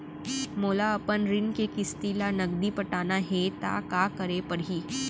मोला अपन ऋण के किसती ला नगदी पटाना हे ता का करे पड़ही?